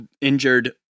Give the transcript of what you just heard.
injured